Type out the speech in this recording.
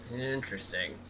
Interesting